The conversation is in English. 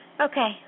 okay